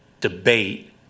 debate